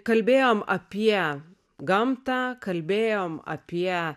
kalbėjom apie gamtą kalbėjom apie